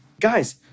Guys